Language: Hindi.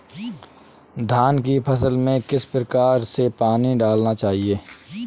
धान की फसल में किस प्रकार से पानी डालना चाहिए?